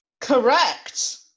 correct